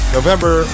November